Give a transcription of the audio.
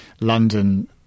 London